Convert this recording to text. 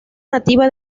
nativa